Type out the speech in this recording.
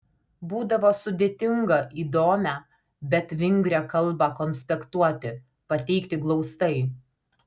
būdavo sudėtinga įdomią bet vingrią kalbą konspektuoti pateikti glaustai